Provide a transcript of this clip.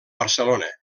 barcelona